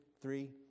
Three